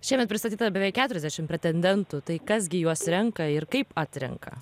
šiemet pristatyta beveik keturiasdešim pretendentų tai kas gi juos renka ir kaip atrenka